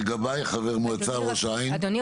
אדוני,